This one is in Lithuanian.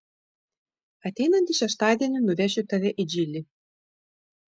ateinantį šeštadienį nuvešiu tave į džilį